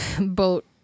boat